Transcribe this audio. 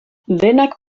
denak